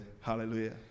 Hallelujah